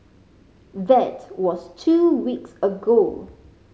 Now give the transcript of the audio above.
that was two weeks ago